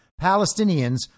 Palestinians